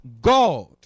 God